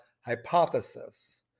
hypothesis